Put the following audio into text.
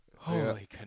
Holy